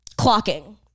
clocking